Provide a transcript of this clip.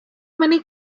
many